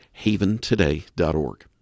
haventoday.org